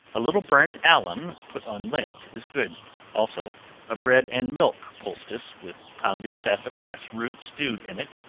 a little burnt alum put on lint is good also a bread and milk poultice, with pounded sassafras root stewed in it,